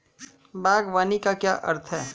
बागवानी का क्या अर्थ है?